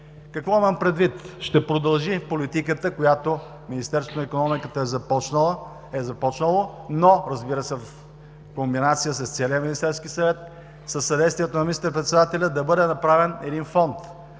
Какво имам предвид? Ще продължи политиката, която Министерството на икономиката е започнало, но, разбира се, в комбинация с целия Министерски съвет, със съдействието на министър-председателя да бъде направен един фонд.